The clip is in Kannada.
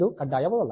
ಇದು ಕಡ್ಡಾಯವಲ್ಲ